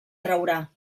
traurà